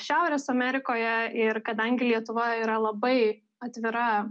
šiaurės amerikoje ir kadangi lietuva yra labai atvira